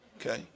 Okay